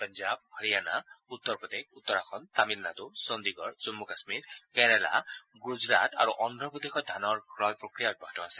পঞ্জাব হাৰিয়ানা উত্তৰ প্ৰদেশ উত্তৰাখণ্ড তামিলনাডু চণ্ডিগড় জমূ কাশ্মীৰ কেৰালা গুজৰাট আৰু আৰু অন্ধ্ৰপ্ৰদেশত ধানৰ ক্ৰয় প্ৰক্ৰিয়া অব্যাহত আছে